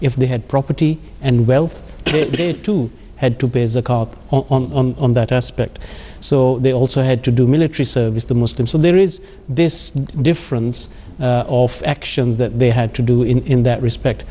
if they had property and wealth too had to pay the cop on that aspect so they also had to do military service the most and so there is this difference of actions that they had to do in that respect